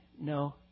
No